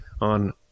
on